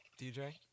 DJ